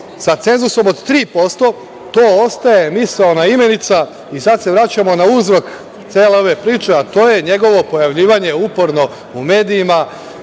sa cenzusom od 3% to ostaje misaona imenica i sad se vraćamo na uzrok cele ove priče, a to je njegovo pojavljivanje uporno u medijima,